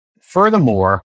Furthermore